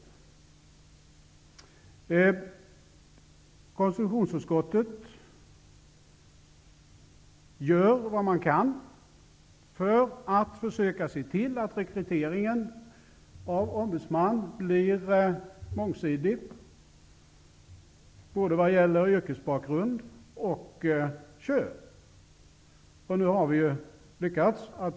I konstitutionsutskottet gör man vad man kan för att försöka se till att rekryteringen av ombudsmän blir mångsidig både i vad gäller yrkesbakgrund och i vad gäller kön. Vi har lyckats.